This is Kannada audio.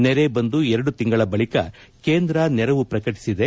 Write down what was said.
ನೆರೆ ಬಂದು ಎರಡು ತಿಂಗಳ ಬಳಿಕ ಕೇಂದ್ರ ನೆರವು ಪ್ರಕಟಿಸಿದೆ